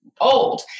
old